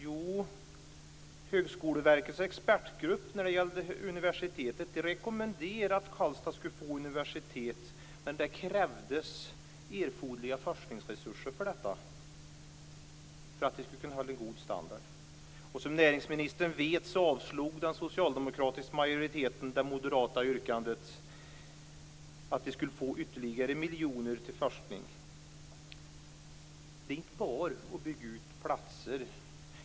Jo, att Högskoleverkets expertgrupp rekommenderade att Karlstad skulle få ett universitet, men det krävs erforderliga forskningsresurser för att det skall kunna hålla en god standard. Som näringsministern vet avslog den socialdemokratiska majoriteten det moderata yrkandet att de skulle få ytterligare miljoner till forskning. Det handlar inte bara om att bygga ut platser.